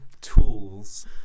tools